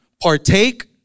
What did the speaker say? partake